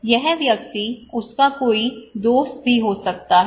यह व्यक्ति उसका कोई दोस्त भी हो सकता है